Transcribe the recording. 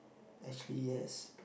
actually yes